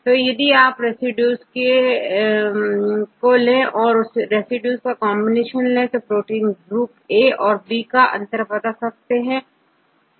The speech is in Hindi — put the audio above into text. तो यदि आप इन रेसिड्यू को लेंऔर इन रेसिड्यूज का कांबिनेशन ले तो हम प्रोटीन ग्रुपA औरB का अंतर बता सकते हैं